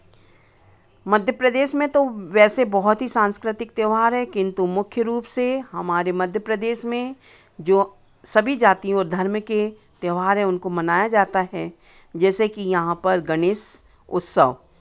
मध्य प्रदेश में तो वैसे बहुत ही सांस्कृतिक त्योहार है किन्तु मुख्य रूप से हमारे मध्य प्रदेश में जो सभी जाति और धर्म के त्योहार है उनको मनाया जाता है जैसे कि यहाँ पर गणेश उत्सव